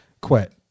quit